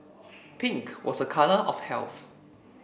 pink was a colour of health